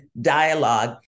dialogue